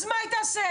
אז מה היא תעשה?